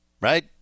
Right